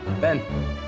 Ben